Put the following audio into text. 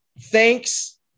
thanks